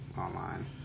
online